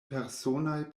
personaj